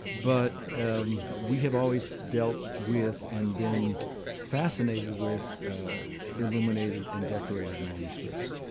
but we have always dealt with and been fascinated with illuminated and decorated manuscripts,